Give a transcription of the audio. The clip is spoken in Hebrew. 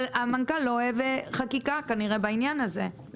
אבל המנכ"ל לא אוהב חקיקה כנראה בעניין הזה.